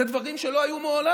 אלה דברים שלא היו מעולם.